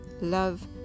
love